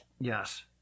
Yes